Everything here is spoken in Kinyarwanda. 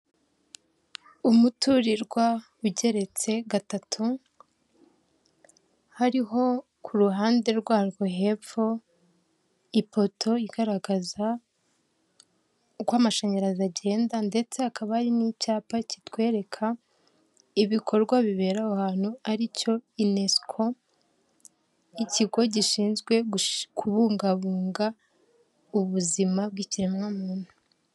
Umuturirwa ugeretse gatatu hariho ku ruhande rwarwo hepfo, ipoto igaragaza uko amashanyarazi agenda, ndetse hakaba hari n'icyapa kitwereka ibikorwa bibera aho ahantu, ari cyo inesiko ikigo gishinzwe kubungabunga ubuzima bw'ikiremwamuntu.